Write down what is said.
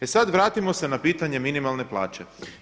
E sad vratimo se na pitanje minimalne plaće.